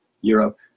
Europe